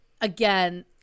again